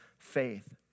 faith